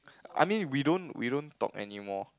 I mean we don't we don't talk anymore